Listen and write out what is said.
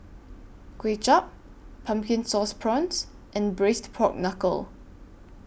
Kuay Chap Pumpkin Sauce Prawns and Braised Pork Knuckle